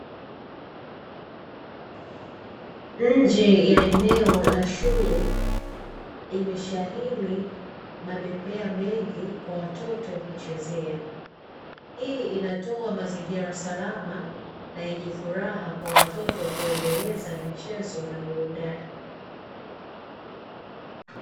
Nje ya eneo la shule imeshamiri mabembea mengi ya watoto kuchezea, hii inatoa mazingira salama na yenye furaha kwa watoto kuendeleza michezo na burudani.